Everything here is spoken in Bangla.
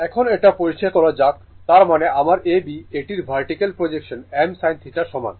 এখন এটা পরিষ্কার করা যাক তার মানে আমার A B এটির ভার্টিকাল প্রজেকশন m sin θ এর সমান